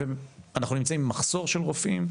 אנחנו נמצאים במחסור של רופאים,